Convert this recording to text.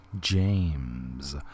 James